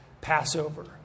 Passover